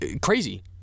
crazy